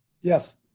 Yes